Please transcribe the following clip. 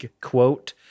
quote